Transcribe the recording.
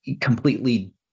completely